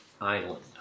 Island